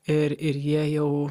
ir ir jie jau